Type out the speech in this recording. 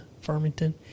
Farmington